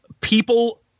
people